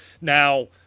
Now